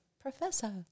Professor